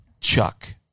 chuck